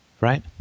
right